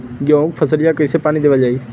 गेहूँक फसलिया कईसे पानी देवल जाई?